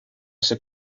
ser